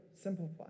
simplify